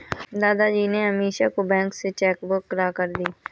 दादाजी ने अमीषा को बैंक से चेक बुक लाकर दी